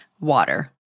water